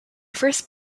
first